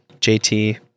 JT